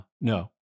no